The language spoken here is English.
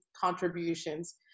contributions